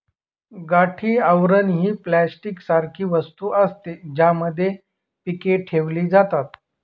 गाठी आवरण ही प्लास्टिक सारखी वस्तू असते, ज्यामध्ये पीके ठेवली जातात